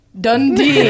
Dundee